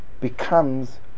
becomes